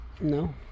No